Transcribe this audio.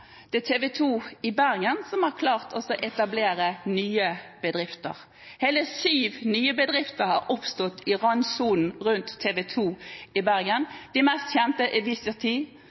Det spesielle er at det er TV 2 i Bergen som har klart å etablere nye bedrifter. Hele syv nye bedrifter har oppstått i randsonen rundt TV 2 i Bergen. De mest kjente